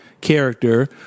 character